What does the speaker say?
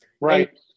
Right